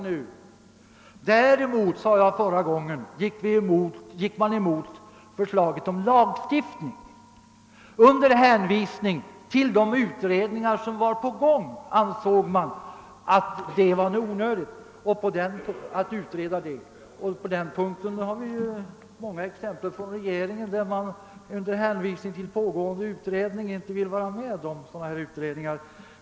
Däremot, sade jag, gick våra representanter emot förslaget om lagstiftning. Med hänvisning till de utredningar som redan arbetade — bl.a. en inom arbetsmarknadsstyrelsen — ansåg man det onödigt att tillsätta en utredning om den saken.